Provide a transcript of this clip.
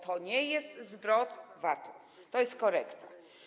To nie jest zwrot VAT-u, to jest korekta.